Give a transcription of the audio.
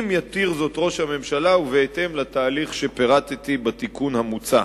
אם יתיר זאת ראש הממשלה ובהתאם לתהליך שפירטתי בתיקון המוצע.